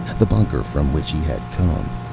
the bunker from which he had come.